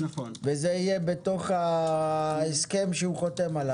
וזה יהיה בהסכם שהוא חותם עליו.